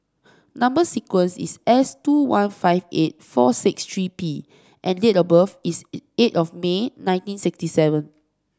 number sequence is S two one five eight four six three P and date of birth is eight of May nineteen sixty seven